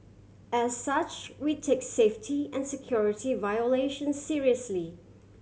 as such we take safety and security violation seriously